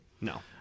No